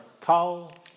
call